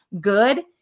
good